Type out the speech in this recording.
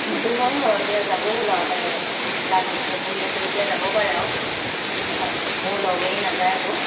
সেইটো হয় বাৰু এতিয়া যাব হ'ল আৰু তাই ক্লাছ ছিক্সত পঢ়ি আছে যেতিয়া যাব পাৰে আৰু তথাপি লগ এৰি নাযায় আকৌ